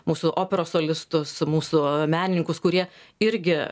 mūsų operos solistus mūsų menininkus kurie irgi